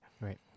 Right